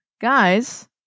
guys